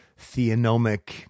theonomic